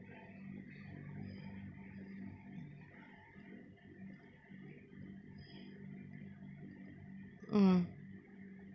mm